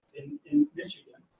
in michigan,